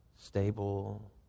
stable